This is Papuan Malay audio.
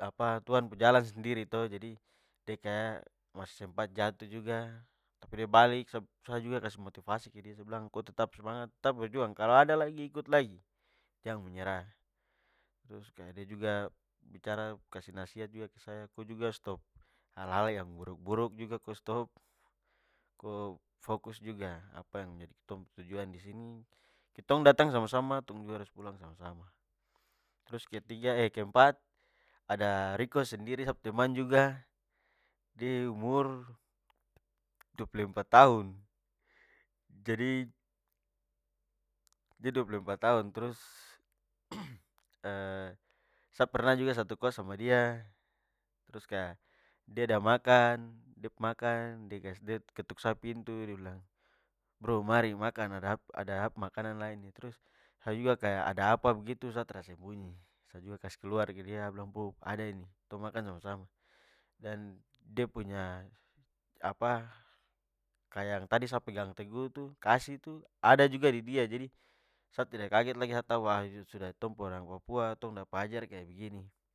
apa tuhan pu jalan sendiri to jadi de kaya masih sempat jatuh juga tapi de balik, sa juga kasih motivasi ke dia, sa bilang ko tetap semangat, tetap berjuang. Kalo ada lagi, ikut lagi, jang menyerah. Trus kaya de juga bicara kasih nasihat ke saya, ko juga stop hal-hal yang buruk-buruk juga ko stop. Ko fukus juga apa yang menjadi ketong pu tujuan disini, ketong dua datang sama-sama, tong dua harus pulang sama-sama. Trus keempat, ada riko sendiri, sa pu teman juga, de umur dua puluh empat tahun. Jadi, de dua puluh empat tahun, trus sa pernah juga satu kost sama dia. Trus kaya de ada makan, de pu makan de kas de ketuk sa pu pintu, de bilang bro mari makan, ada sa pu ada sa pu- makanan lain nih. Trus sa juga kaya ada apa begitu, sa tra sembunyi, sa juga kasih keluar ke dia, sa bilang bob ada ini, ketong makan sama-sama. Dan de punya apa, kaya yang tadi sa pegang teguh tu, kasih tu, ada juga di dia, jadi sa tidak kaget lagi. Sa tau ini sudah tong pu orang papua, tong dapat ajar kaya begini.